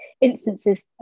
instances